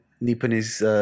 Nipponese